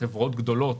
חברות גדולות,